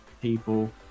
people